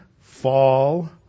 fall